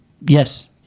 Yes